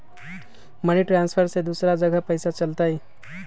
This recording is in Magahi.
मनी ट्रांसफर से दूसरा जगह पईसा चलतई?